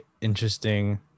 interesting